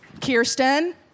Kirsten